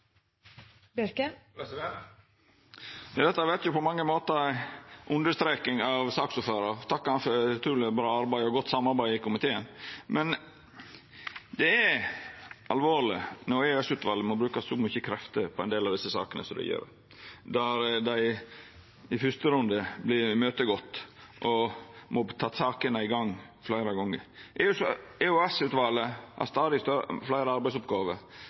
Dette vert på mange måtar ei understreking av det saksordføraren sa. Eg vil takka han for eit utruleg bra arbeid og godt samarbeid i komiteen. Det er alvorleg når EOS-utvalet må bruka så mykje krefter på ein del av desse sakene som dei gjer. Dei vert imøtegått i første runde, og må ta opp att sakene fleire gongar. EOS-utvalet har stadig fleire arbeidsoppgåver,